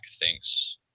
thinks